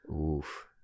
Oof